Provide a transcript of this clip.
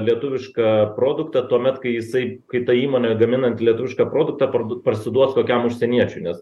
lietuvišką produktą tuomet kai jisai kai ta įmonė gaminant lietuvišką produktą parduo parsiduos kokiam užsieniečiui nes